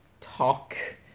talk